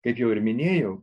kaip jau ir minėjau